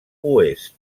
oest